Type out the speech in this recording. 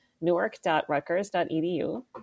newark.rutgers.edu